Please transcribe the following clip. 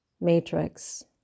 Matrix